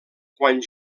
quan